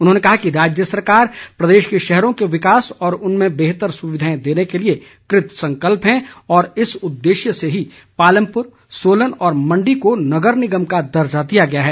उन्होंने कहा कि राज्य सरकार प्रदेश के शहरों के विकास और उनमें बेहतर सुविधाएं देने के लिए कृतसंकल्प है और इस उद्देश्य से ही पालमपुर सोलन और मण्डी को नगर निगम का दर्जा दिया गया है